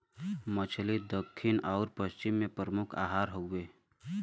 मछली दक्खिन आउर पश्चिम के प्रमुख आहार हउवे